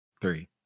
Three